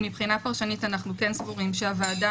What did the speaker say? מבחינה פרשנית אנחנו כן סבורים שהוועדה